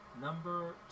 number